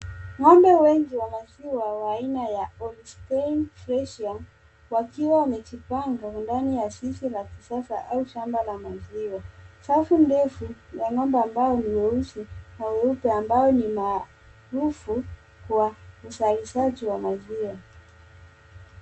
Ng'ombe wengi wa maziwa wa aina ya [c.s]austay freshia wakiwa wamejipanga ndani ya zizi la kisasa au shamba la maziwa. Safu ndefu ya ng'ombe ambao ni weusi na weupe ambao ni maarufu kwa usaiwazishaji wa maziwa